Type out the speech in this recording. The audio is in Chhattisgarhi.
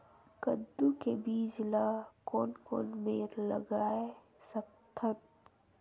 कददू के बीज ला कोन कोन मेर लगय सकथन?